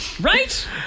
Right